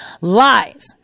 lies